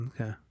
Okay